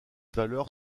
valeur